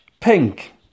Pink